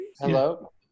Hello